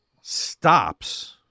stops